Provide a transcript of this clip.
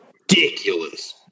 ridiculous